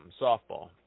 softball